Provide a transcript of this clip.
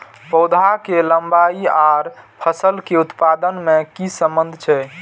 पौधा के लंबाई आर फसल के उत्पादन में कि सम्बन्ध छे?